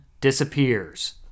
disappears